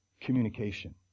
communication